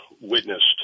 witnessed